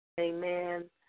Amen